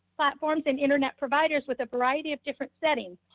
platforms and internet providers with a variety of different settings.